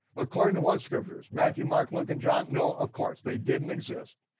according to what scriptures? matthew, mark, luke, and john? no, of course, they didn't exist.